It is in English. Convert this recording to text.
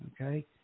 okay